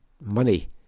money